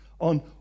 on